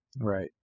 Right